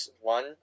one